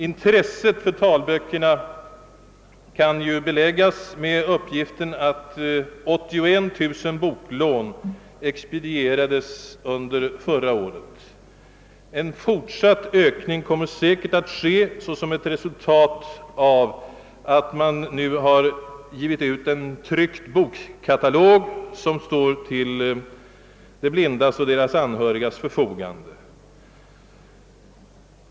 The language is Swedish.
Intresset för talböckerna är stort och ökar, vilket kan beläggas t.ex. med uppgiften att 81 000 boklån expedierades under förra året. Ökningen av lånen kommer säkerligen att fortsätta som ett resultat av att man nu givit ut en tryckt bokkatalog som står till de blindas och deras anhörigas förfogande.